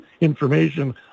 information